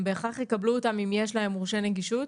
הם בהכרח יקבלו אותם אם יש להם מורשה נגישות?